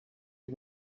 you